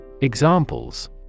Examples